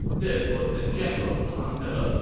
this was the general pang de,